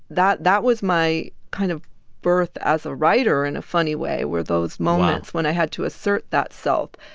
that that was my kind of birth as a writer in a funny way were those moments when i had to assert that self.